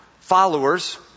followers